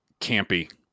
campy